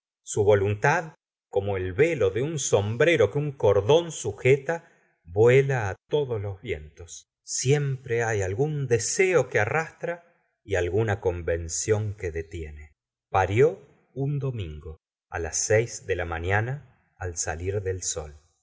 su voluntad como el velo de un sombrero que un cordón sujeta vuela á todos los vientos siempre hay algún deseo que arrastra y alguna convención que detiene parió un domingo las seis de la mañana al salir del sol